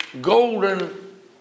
golden